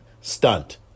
stunt